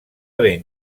ben